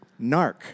narc